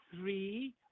three